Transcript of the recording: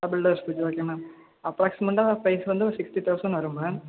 double door fridge okay ma'am அப்ராக்சிமெண்ட்டா price வந்து ஒரு சிக்ஸ்டி தௌசண்ட் வரும் மேம்